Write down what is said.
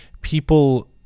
people